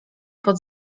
pod